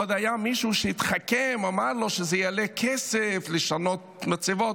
עוד היה מישהו שהתחכם ואמר לו שזה יעלה כסף לשנות מצבות.